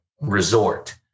resort